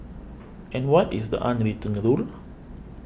and what is the unwritten rule